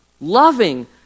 loving